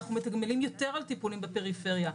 אנחנו מתגמלים יותר על טיפולים בפריפריה,